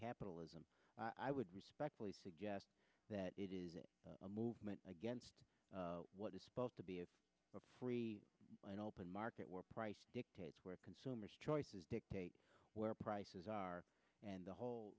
capitalism i would respectfully suggest that it is a movement against what is supposed to be a free and open market where price dictates where consumers choices dictate where prices are and the whole